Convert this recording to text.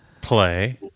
play